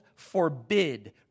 Forbid